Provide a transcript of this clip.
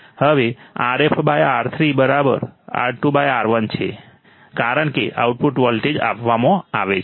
હવે RfR3 R2R1 છે કારણ કે આઉટપુટ વોલ્ટેજ આપવામાં આવે છે